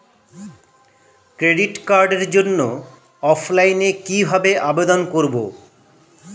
Credit কার্ডের জন্য অফলাইনে কিভাবে আবেদন করব?